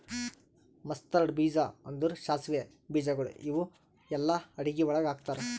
mustard ಬೀಜ ಅಂದುರ್ ಸಾಸಿವೆ ಬೀಜಗೊಳ್ ಇವು ಎಲ್ಲಾ ಅಡಗಿ ಒಳಗ್ ಹಾಕತಾರ್